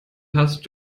hast